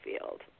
field